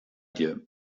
dir